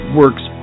works